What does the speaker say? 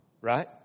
Right